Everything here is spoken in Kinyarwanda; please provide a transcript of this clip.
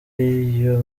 iyo